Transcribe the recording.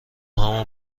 همون